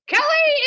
Kelly